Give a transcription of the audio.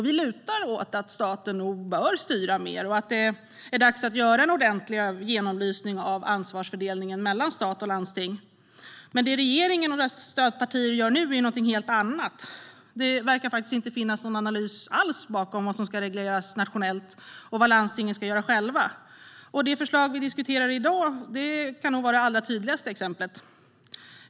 Vi lutar åt att staten nog bör styra mer och att det är dags att göra en ordentlig genomlysning av ansvarsfördelningen mellan stat och landsting. Det regeringen och dess stödpartier gör är dock någonting helt annat. Det verkar faktiskt inte finnas någon analys alls bakom vad som ska regleras nationellt och vad landstingen ska göra själva. Det förslag vi diskuterar i dag kan vara det allra tydligaste exemplet.